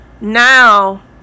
now